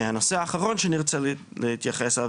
הנושא האחרון שאני רוצה להתייחס אליו